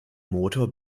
motor